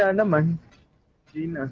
ah numbering scheme